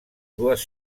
dues